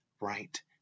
right